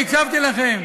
אני הקשבתי לכם.